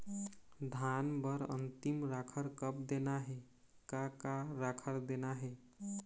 धान बर अन्तिम राखर कब देना हे, का का राखर देना हे?